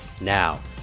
Now